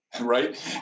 Right